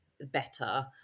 better